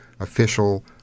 official